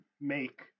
make